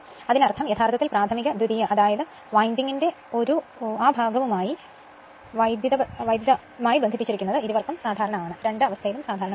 അതിനർത്ഥം യഥാർത്ഥത്തിൽ പ്രാഥമിക ദ്വിതീയ അതായത് വൈൽഡിംഗിന്റെ ആ ഭാഗവുമായി വൈദ്യുതമായി ബന്ധിപ്പിച്ചിരിക്കുന്നത് ഇരുവർക്കും സാധാരണമാണ്